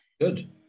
good